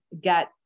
get